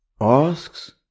asks